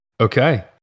Okay